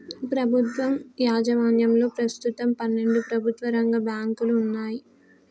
ప్రభుత్వ యాజమాన్యంలో ప్రస్తుతం పన్నెండు ప్రభుత్వ రంగ బ్యాంకులు వున్నయ్